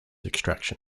extraction